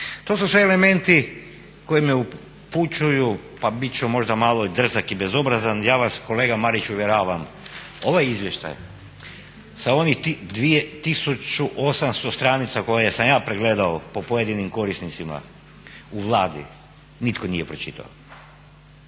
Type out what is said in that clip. To su sve elementi koji me upućuju, pa bit ću možda malo i drzak i bezobrazan. Ja vas kolega Mariću uvjeravam ovaj izvještaj sa onih 1800 stranica koje sam ja pregledao po pojedinim korisnicima u Vladi nitko nije pročitao.